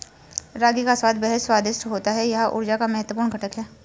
रागी का स्वाद बेहद स्वादिष्ट होता है यह ऊर्जा का महत्वपूर्ण घटक है